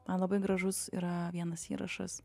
man labai gražus yra vienas įrašas